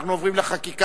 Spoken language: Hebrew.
אנחנו עוברים לחקיקה.